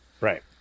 Right